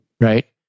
right